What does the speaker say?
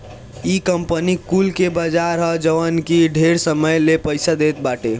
इ कंपनी कुल के बाजार ह जवन की ढेर समय ले पईसा देत बाटे